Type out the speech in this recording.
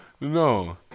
No